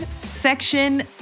section